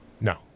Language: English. No